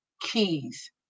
keys